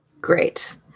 Great